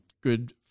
good